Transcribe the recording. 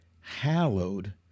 hallowed